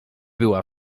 była